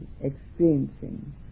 experiencing